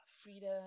freedom